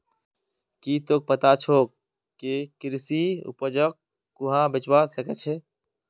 की तोक पता छोक के कृषि उपजक कुहाँ बेचवा स ख छ